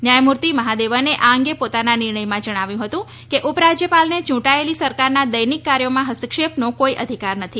ન્યાયમૂર્તિ મહાદેવને આ અંગે પોતાના નિર્ણયમાં જણાવ્યું હતું કે ઉપરાજ્યપાલને ચૂંટાયેલી સરકારના દૈનિક કાર્યોમાં હસ્તક્ષેપનો કોઈ અધિકાર નથી